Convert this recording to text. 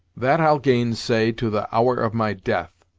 that i'll gainsay, to the hour of my death!